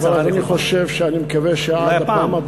אני חושב שהנושא הזה